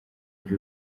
iri